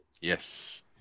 Yes